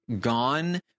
gone